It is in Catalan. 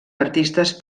artistes